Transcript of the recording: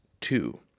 two